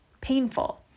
painful